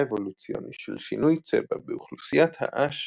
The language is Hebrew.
אבולוציוני של שינוי צבע באוכלוסיית העש